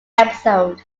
episode